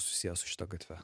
susijęs su šita gatve